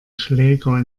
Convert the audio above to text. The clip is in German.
schläger